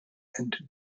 and